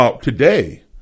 Today